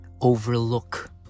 overlook